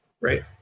right